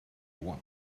want